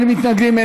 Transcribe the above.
אין מתנגדים,